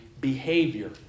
behavior